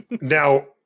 Now